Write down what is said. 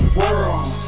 world